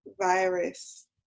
virus